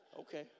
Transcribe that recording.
okay